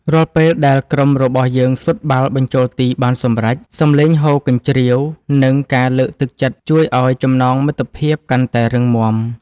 រាល់ពេលដែលក្រុមរបស់យើងស៊ុតបាល់បញ្ចូលទីបានសម្រេច សំឡេងហ៊ោកញ្ជ្រៀវ និងការលើកទឹកចិត្តជួយឱ្យចំណងមិត្តភាពកាន់តែរឹងមាំ។